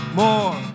more